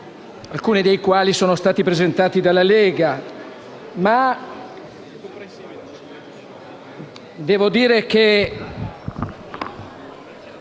alcuni dei quali sono stati presentati dalla Lega